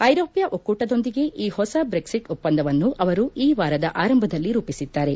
ಐರೋಪ್ಯ ಒಕ್ಕೂಟದೊಂದಿಗೆ ಈ ಹೊಸ ಬ್ರೆಕ್ಲಿಟ್ ಒಪ್ಪಂದವನ್ನು ಅವರು ಈ ವಾರದ ಆರಂಭದಲ್ಲಿ ರೂಪಿಸಿದ್ದಾರೆ